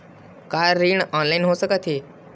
का ऋण ऑनलाइन हो सकत हे?